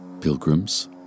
pilgrims